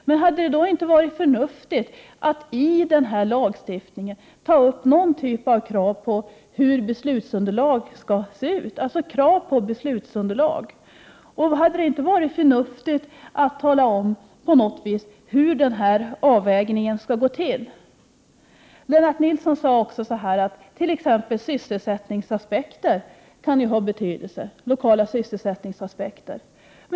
Men hade det då inte varit förnuftigt att i denna lagstiftning ta upp någon typ av krav på hur beslutsunderlag skall se ut, alltså ta upp krav på beslutsunderlag? Hade det inte varit förnuftigt att på något vis tala om hur denna avvägning skall gå till? Lennart Nilsson sade också att t.ex. lokala sysselsättningsaspekter kan ha betydelse.